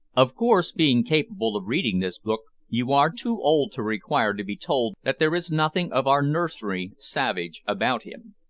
of course, being capable of reading this book, you are too old to require to be told that there is nothing of our nursery savage about him.